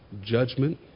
judgment